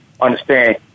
understand